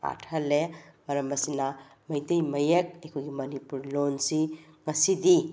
ꯑ꯭ꯔꯊ ꯍꯜꯂꯦ ꯃꯔꯝ ꯑꯁꯤꯅ ꯃꯩꯇꯩ ꯃꯌꯦꯛ ꯑꯩꯈꯣꯏꯒꯤ ꯃꯅꯤꯄꯨꯔ ꯂꯣꯜ ꯑꯁꯤ ꯉꯁꯤꯗꯤ